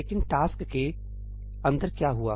लेकिन टास्क के अंदर क्या हुआ